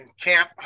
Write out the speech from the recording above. Camp